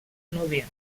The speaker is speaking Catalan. núvia